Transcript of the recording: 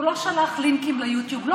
הוא לא שלח לינקים ליוטיוב,